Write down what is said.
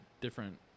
different